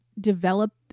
develop